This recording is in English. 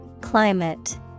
Climate